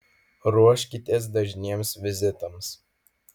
ruoškitės dažniems vizitams